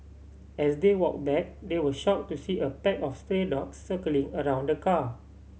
as they walked back they were shocked to see a pack of stray dogs circling around the car